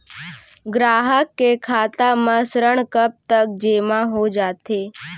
ग्राहक के खाता म ऋण कब तक जेमा हो जाथे?